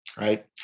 right